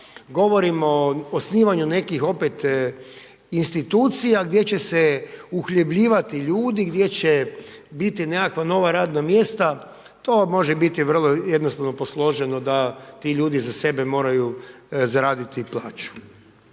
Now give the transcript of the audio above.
govorimo o osnivanju nekih opet institucija gdje će se uhljebljivati ljudi, gdje će biti nekakva nova radna mjesta, to može biti vrlo jednostavno posloženo da ti ljudi za sebe moraju zaraditi plaću.